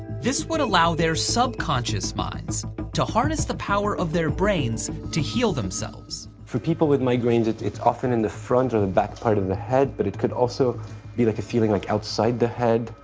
this would allow their subconscious minds to harness the power of their brains to heal themselves. for people with migraines, it's often in the front or the back part of the head but it could also be like a feeling like outside the head.